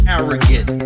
Arrogant